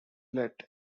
let